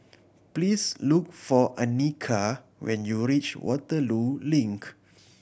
please look for Annika when you reach Waterloo Link